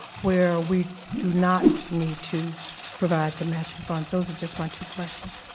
where we do not need to provide the matching funds? those are just my two questions.